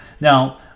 Now